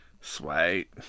Sweet